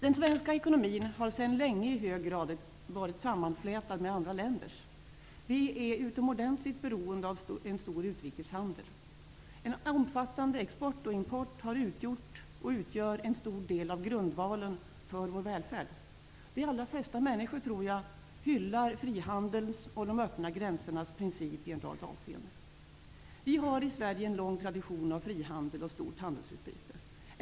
Den svenska ekonomin har sedan länge i hög grad varit sammanflätad med andra länders. Vi är utomordentligt beroende av en stor utrikeshandel. En omfattande export och import har utgjort och utgör en stor del av grundvalen för vår välfärd. De allra flesta människor tror jag hyllar frihandelns och de öppna gränsernas princip i en rad avseenden. Vi har i Sverige en lång tradition av frihandel och stort handelsutbyte.